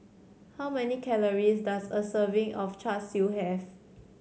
how many calories does a serving of Char Siu have